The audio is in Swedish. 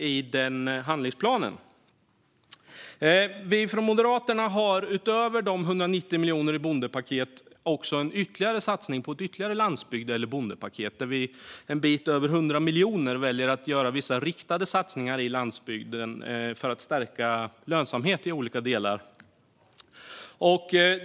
Från Moderaternas sida har vi, utöver de 191 miljonerna i bondepaketet, en satsning på ytterligare ett landsbygds eller bondepaket. Med en bit över 100 miljoner väljer vi att göra vissa riktade satsningar på landsbygden, för att stärka lönsamheten i olika delar.